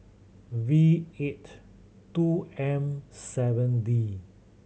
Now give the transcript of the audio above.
V eighty two M seven D